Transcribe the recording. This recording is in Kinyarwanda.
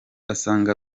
asanga